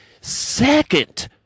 Second